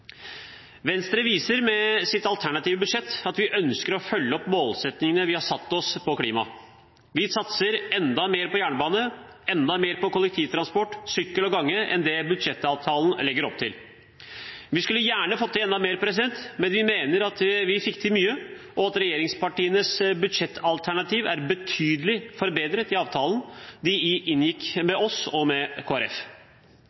Venstre viser med sitt alternative budsjett at vi ønsker å følge opp målsettingene vi har satt oss når det gjelder klima. Vi satser enda mer på jernbane, enda mer på kollektivtransport, sykkel og gange enn det budsjettavtalen legger opp til. Vi skulle gjerne fått til enda mer, men vi mener at vi fikk til mye, og at regjeringspartienes budsjettalternativ er betydelig forbedret i avtalen de inngikk